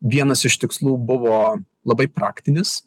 vienas iš tikslų buvo labai praktinis